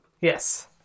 Yes